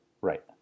Right